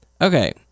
okay